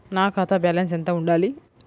నా ఖాతా బ్యాలెన్స్ ఎంత ఉండాలి?